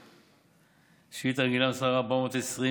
שאילתה רגילה מס' 420,